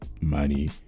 money